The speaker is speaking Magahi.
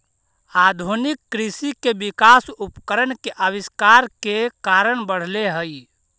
आधुनिक कृषि के विकास उपकरण के आविष्कार के कारण बढ़ले हई